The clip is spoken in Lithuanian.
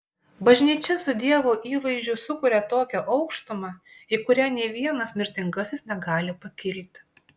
bažnyčia su dievo įvaizdžiu sukuria tokią aukštumą į kurią nė vienas mirtingasis negali pakilti